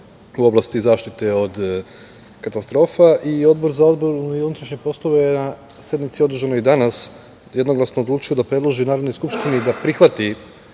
u oblasti zaštite od katastrofa. Odbor za odbranu i unutrašnje poslove je na sednici održanoj danas jednoglasno odlučili da predloži Narodnoj skupštini da prihvati